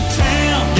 town